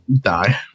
die